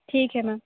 ठीक है मैम